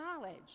knowledge